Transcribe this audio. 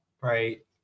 right